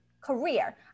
career